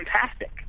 fantastic